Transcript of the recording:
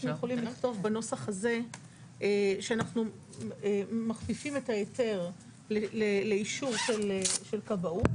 אנחנו יכולים לכתוב בנוסח הזה שאנחנו מכפיפים את ההיתר לאישור של כבאות.